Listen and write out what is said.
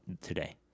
today